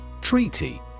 Treaty